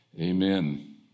Amen